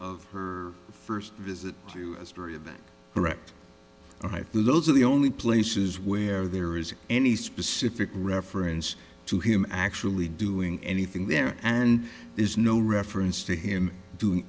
of her first visit to history that direct all right those are the only places where there is any specific reference to him actually doing anything there and there's no reference to him do